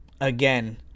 again